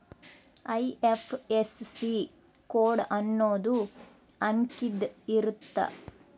IFSC code ಅನ್ನೊಂದ್ ಅಂಕಿದ್ ಇರುತ್ತ